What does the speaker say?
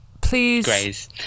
Please